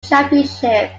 championship